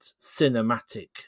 cinematic